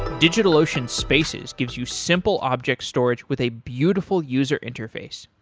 digitalocean spaces gives you simple object storage with a beautiful user interface.